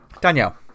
Danielle